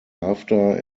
after